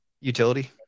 utility